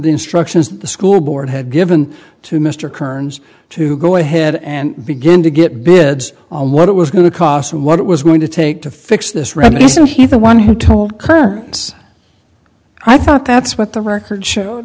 the instructions the school board had given to mr kerns to go ahead and begin to get bid on what it was going to cost and what it was going to take to fix this remedy so he's the one who told currents i thought that's what the record show